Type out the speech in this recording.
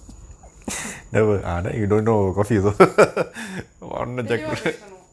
mm தெளிவா பேசனும்:thelivaa pesanum